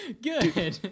Good